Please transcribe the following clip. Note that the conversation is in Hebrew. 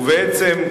ובעצם,